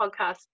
podcast